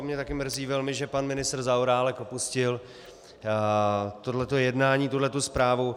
Mě taky mrzí velmi, že pan ministr Zaorálek opustil tohleto jednání, tuhletu zprávu.